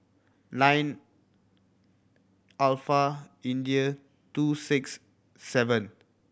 nine India two six seven